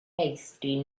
hasty